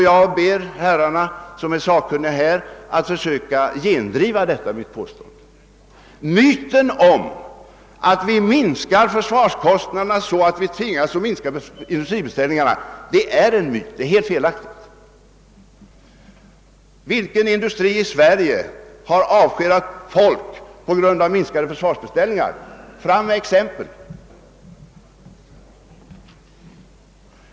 Jag ber de sakkunniga herrarna att försöka gendriva detta mitt påstående. Talet om att vi minskar försvarskostnaderna, så att vi måste reducera industribeställningarna, är en myt. Vilken industri i Sverige har avskedat anställda på grund av minskade försvarsbeställningar? Ange exempel!